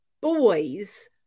boys